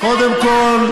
קודם כול,